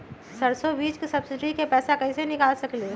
सरसों बीज के सब्सिडी के पैसा कईसे निकाल सकीले?